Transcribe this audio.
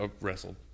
wrestled